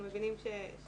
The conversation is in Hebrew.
אנחנו מבינים שכנראה,